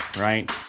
right